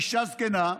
אישה זקנה,